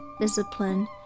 discipline